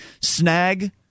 snag